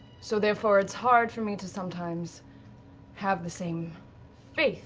so therefore it's hard for me to sometimes have the same faith